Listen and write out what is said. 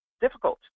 difficult